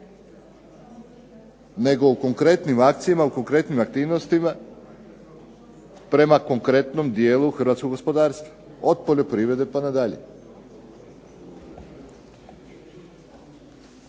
nego u konkretnim akcijama, u konkretnim aktivnostima, prema konkretnom dijelu Hrvatskog gospodarstva, od poljoprivrede pa nadalje.